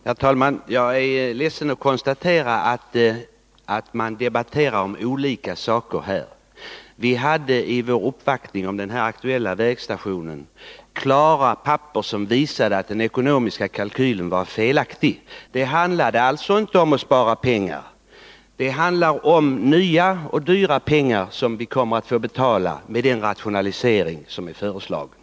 Herr talman! Jag är ledsen att konstatera att man debatterar olika saker här. Vi hade vid vår uppvaktning om den aktuella vägstationen klara papper som visade att den ekonomiska kalkylen var felaktig. Det handlade inte om att spara pengar, utan om nya och dyra pengar som vi kommer att få betala med den rationalisering som är föreslagen.